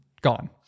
gone